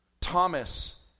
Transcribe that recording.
Thomas